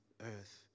earth